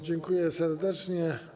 Dziękuję serdecznie.